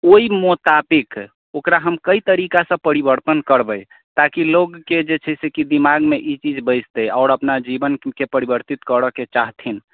ओहि मोताबिक ओकरा हम कएक तरीकासँ परिवर्तन करबै ताकि लोकके जे छै से कि दिमागमे ई चीज बैसतै आओर अपना जीवनके परिवर्तित करऽके चाहथिन